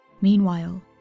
Meanwhile